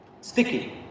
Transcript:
Sticky